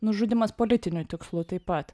nužudymas politiniu tikslu taip pat